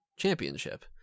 championship